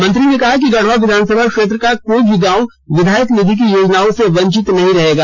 मंत्री ने कहा कि गढ़वा विधानसभा क्षेत्र का कोई भी गांव विधायक निधि की योजनाओं से वंचित नहीं रहेगा